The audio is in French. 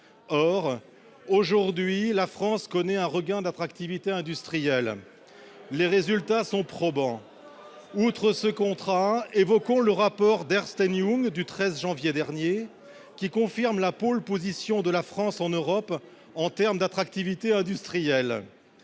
Aujourd'hui, la France connaît un regain d'attractivité industrielle. Quel fayot ! Les résultats sont probants : outre ce contrat, évoquons le rapport d'Ernst & Young du 13 janvier dernier, qui confirme la pole position de la France en Europe en termes d'attractivité industrielle.